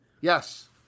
Yes